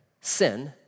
sin